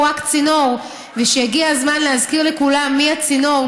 רק צינור ושהגיע הזמן להזכיר לכולם מי הצינור,